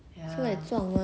asians won't survive